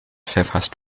verfasst